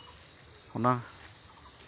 ᱚᱱᱟ